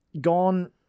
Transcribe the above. gone